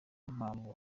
mpamvu